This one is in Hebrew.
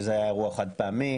שזה היה אירוע חד פעמי,